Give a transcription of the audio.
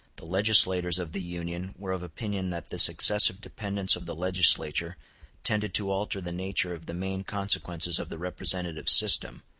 the legislators of the union were of opinion that this excessive dependence of the legislature tended to alter the nature of the main consequences of the representative system,